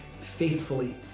faithfully